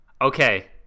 Okay